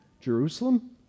Jerusalem